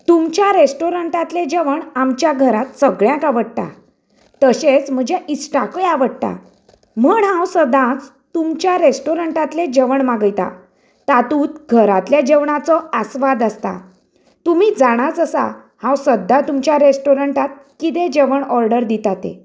तुमच्या रेस्टॉरंटातलें जेवण आमच्या घरांत सगळ्यांक आवडटा तशेंच म्हज्या इश्टाकय आवडटा म्हण हांव सदांच तुमच्या रेस्टॉरंटातले जेवण मागयता तातूंत घरांतल्या जेवणाचो आस्वाद आसता तुमी जाणांच आसा हांव सद्दां तुमच्या ररेस्टॉरेटात कितें जेवण ऑर्डर दिता तें